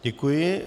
Děkuji.